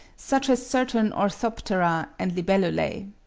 such as certain orthoptera and libellulae.